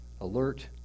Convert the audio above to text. alert